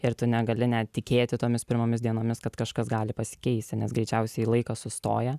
ir tu negali net tikėti tomis pirmomis dienomis kad kažkas gali pasikeisti nes greičiausiai laikas sustoja